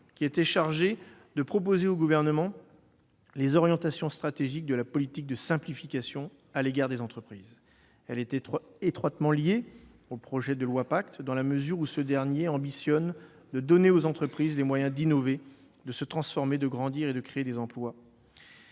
qui était chargé de proposer au Gouvernement les orientations stratégiques de la politique de simplification à l'égard des entreprises. Elle est étroitement liée à la loi Pacte, dans la mesure où cette dernière a pour ambition de donner aux entreprises les moyens d'innover, de se transformer, de grandir et de créer des emplois.